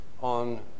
on